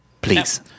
please